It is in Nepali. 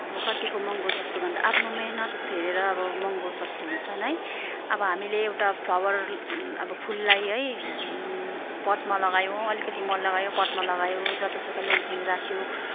अब कतिको महँगो सस्तो भन्दा आफ्नो मिहिनेत हेरेर अब महँगो सस्तो हुन्छन् है अब हामीले एउटा फ्लावर अब फुललाई है पटमा लगायौँ अलिकति मल लगायो पटमा लगायो जतासुकै ल्याङफ्याङ राख्यौँ